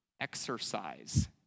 exercise